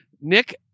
Nick